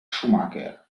schumacher